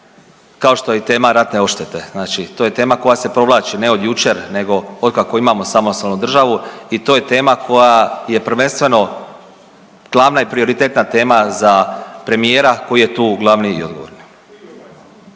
kao što je i tema ratne odštete. Znači to je tema koja se provlači, ne od jučer nego otkako imamo samostalnu državu i to je tema koja je prvenstveno glavna i prioritetna tema za premijera koji je tu glavni i odgovorni.